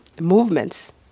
movements